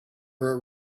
were